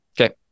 Okay